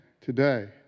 today